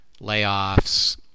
layoffs